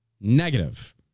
Negative